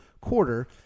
quarter